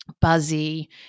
buzzy